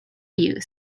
you